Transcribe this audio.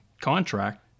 contract